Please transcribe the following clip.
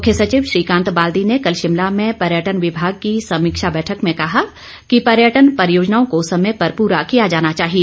मुख्य सचिव श्रीकांत बाल्दी ने कल शिमला में पर्यटन विभाग की समीक्षा बैठक में कहा कि पर्यटन परियोजनाओं को समय पर पूरा किया जाना चाहिए